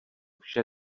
vše